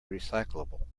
recyclable